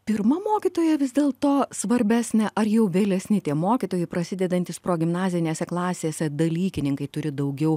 pirma mokytoja vis dėlto svarbesnė ar jau vėlesni tie mokytojai prasidedantys progimnazinėse klasėse dalykininkai turi daugiau